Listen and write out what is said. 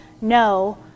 no